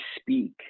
speak